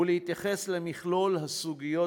ולהתייחס למכלול הסוגיות,